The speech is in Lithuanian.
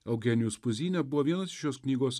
eugenijus puzynė buvo vienas šios knygos